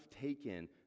taken